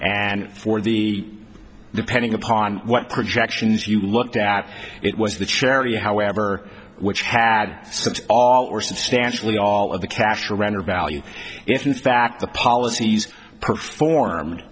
and for the depending upon what projections you looked at it was the charity however which had all or substantially all of the cash around or value if in fact the policies performed